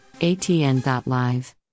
ATN.Live